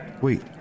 Wait